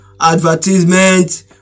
advertisement